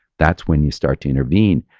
that's when you start to intervene.